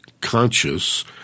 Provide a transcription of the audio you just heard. conscious